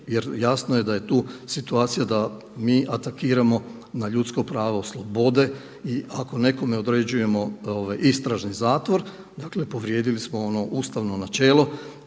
jer jasno je da je tu situacija da mi atakiramo na ljudsko pravo slobode i ako nekome određujemo istražni zatvor, dakle povrijedili smo ono ustavno načelo